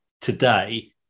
today